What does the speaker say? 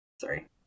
Sorry